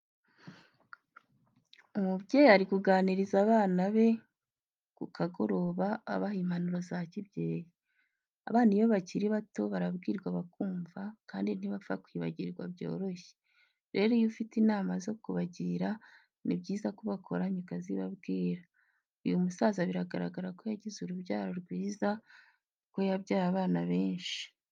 Umubyeyi ari kuganiriza abana be ku kagoroba abaha impanuro za kibyeyi. Abana iyo bakiri bato barabwirwa bakumva kandi ntibapfa kwibagirwa byoroshye, rero iyo ufite inama zo kubagira, ni byiza kubakoranya ukazibabwira. Uyu musaza bigaragara ko yagize urubyaro rwiza kuko yabyaye abana benshi.